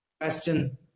question